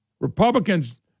Republicans